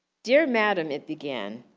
dear madam, it began.